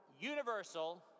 universal